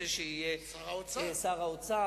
שר האוצר.